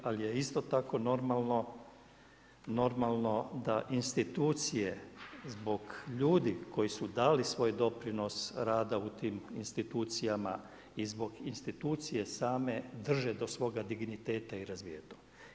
Ali je isto tako normalno da institucije zbog ljudi koji su dali svoj doprinos rada u tim institucijama i zbog institucije same drže do svoga digniteta i razvijaju to.